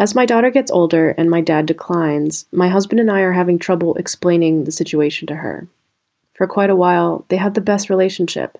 as my daughter gets older and my dad declines. my husband and i are having trouble explaining the situation to her for quite a while. they had the best relationship.